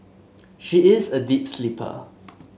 she is a deep sleeper